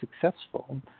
successful